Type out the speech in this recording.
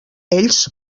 ells